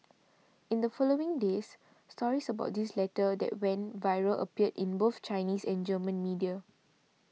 in the following days stories about his letter that went viral appeared in both Chinese and German media